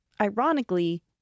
ironically